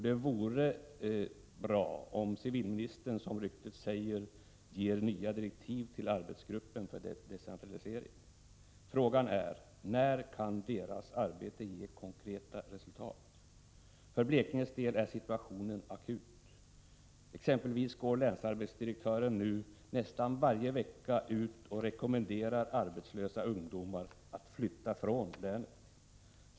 Det vore bra om civilministern, som ryktet säger, ger nya direktiv till arbetsgruppen för decentralisering. Frågan är: När kan dess arbete ge konkreta resultat? För Blekinges del är situationen akut. Exempelvis går länsarbetsdirektören nu nästan varje vecka ut och rekommenderar arbetslösa ungdomar att flytta från länet.